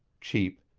cheap,